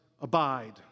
abide